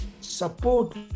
support